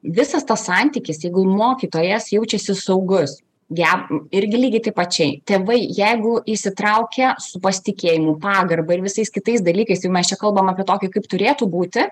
visas tas santykis jeigu mokytojas jaučiasi saugus jam irgi lygiai taip pačiai tėvai jeigu įsitraukia su pasitikėjimu pagarba ir visais kitais dalykais jau mes čia kalbam apie tokį kaip turėtų būti